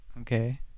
Okay